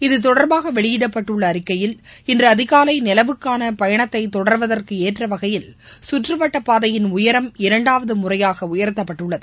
இத்தொடர்பாக வெளியிடப்பட்டுள்ள அறிக்கையில் இன்று அதிகாலை நிலவுக்கான பயணத்தை தொடர்வதற்கு ஏற்ற வகையில் சுற்றுவட்டப் பாதையின் உயரம் இரண்டாவது முறையாக உயர்த்தப்பட்டுள்ளது